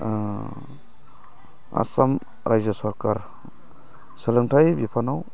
आसाम राइजो सरखार सोलोंथाय बिफानाव